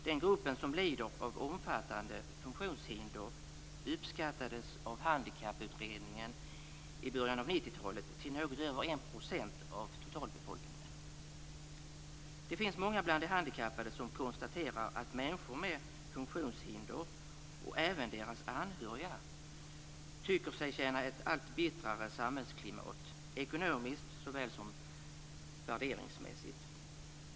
Den gruppen som lider av omfattande funktionshinder uppskattades av handikapputredningen i början av 90-talet till något över Många handikappade konstaterar att människor med funktionshinder och även deras anhöriga känner av ett allt bistrare samhällsklimat, ekonomiskt såväl som värderingsmässigt.